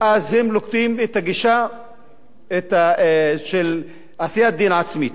הם נוקטים את הגישה של עשיית דין עצמית.